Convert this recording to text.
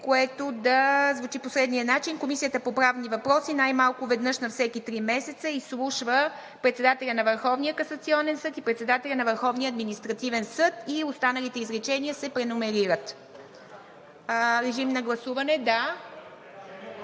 което да звучи по следния начин: „Комисията по правни въпроси най-малко веднъж на всеки три месеца изслушва председателя на Върховния касационен съд и на Върховния административен съд.“ И останалите изречения се преномерират. Режим на гласуване.